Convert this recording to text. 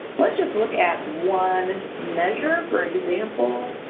let's just look at one measure for example,